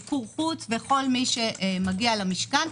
מיקור חוץ וכל מי שמגיע למשכן,